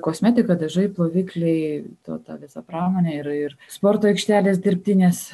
kosmetika dažai plovikliai to ta visa pramonė ir ir sporto aikštelės dirbtinės